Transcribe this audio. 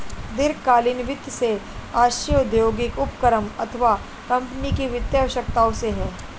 दीर्घकालीन वित्त से आशय औद्योगिक उपक्रम अथवा कम्पनी की वित्तीय आवश्यकताओं से है